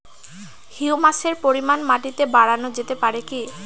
হিউমাসের পরিমান মাটিতে বারানো যেতে পারে কি?